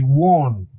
warned